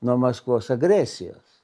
nuo maskvos agresijos